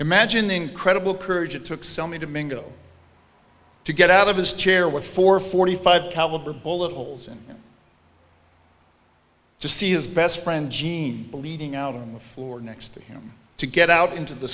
imagining credible courage it took something to mingle to get out of his chair what for forty five caliber bullet holes in to see his best friend jean leading out on the floor next to him to get out into the